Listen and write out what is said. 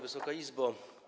Wysoka Izbo!